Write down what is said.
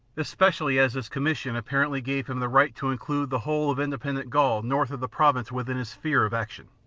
especially as his commission apparently gave him the right to include the whole of independent gaul north of the province within his sphere of action.